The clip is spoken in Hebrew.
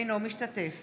אינו משתתף